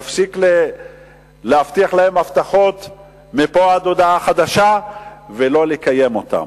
יפסיק להבטיח להם הבטחות מפה ועד הודעה חדשה ולא יקיים אותן.